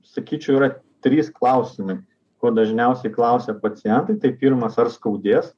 sakyčiau yra trys klausimai ko dažniausiai klausia pacientai tai pirmas ar skaudės